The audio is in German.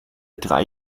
drei